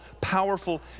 powerful